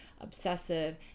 obsessive